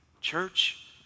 church